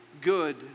good